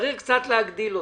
צריך קצת להגדיל אותו,